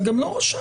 גם לא "רשאי".